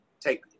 take